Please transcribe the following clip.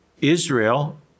Israel